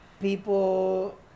people